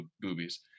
boobies